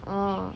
oh